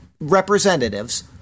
representatives